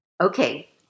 okay